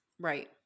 Right